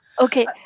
Okay